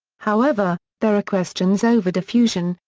however, there are questions over diffusion,